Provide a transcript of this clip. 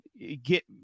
get